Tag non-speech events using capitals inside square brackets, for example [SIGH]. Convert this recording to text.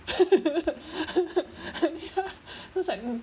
[LAUGHS] ya it was like